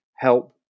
help